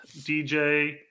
dj